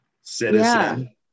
citizen